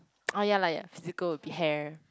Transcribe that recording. ah ya lah ya physical will be hair